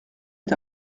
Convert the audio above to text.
est